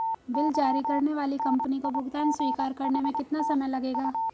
Bill जारी करने वाली कंपनी को भुगतान स्वीकार करने में कितना समय लगेगा?